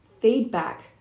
feedback